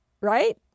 right